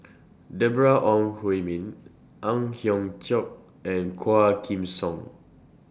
Deborah Ong Hui Min Ang Hiong Chiok and Quah Kim Song